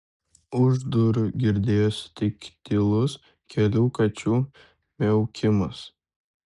už durų girdėjosi tik tylus kelių kačių miaukimas